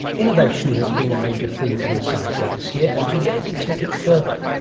innovation has been a major theme in the science show this year, and today we take it further.